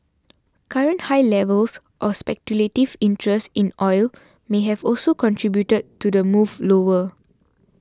current high levels of speculative interest in oil may have also contributed to the move lower